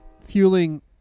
fueling